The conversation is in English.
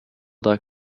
dot